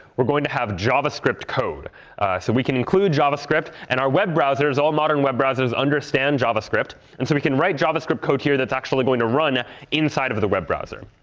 we're going to have javascript code. so we can include javascript, and our web browsers, all modern web browsers understand javascript. and so we can write javascript code here that's actually going to run inside of the web browser.